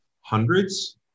hundreds